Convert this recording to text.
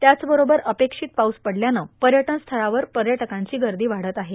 त्याचबरोबर अपेक्षित पाऊस पडल्यानं पर्यटन स्थळांवर पर्यटकांची गर्दी वाढत आहे